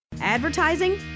advertising